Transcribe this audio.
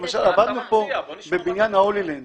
למשל עבדנו בבניין הולילנד